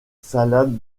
salade